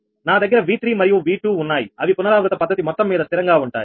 నా దగ్గర V3 మరియు V2 ఉన్నాయి అవి పునరావృత పద్ధతి మొత్తం మీద స్థిరంగా ఉంటాయి